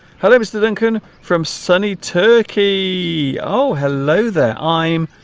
hello mr. duncan from sunny turkey oh hello there i'm